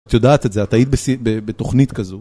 את יודעת את זה, את היית בתוכנית כזו.